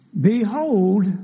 Behold